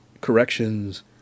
corrections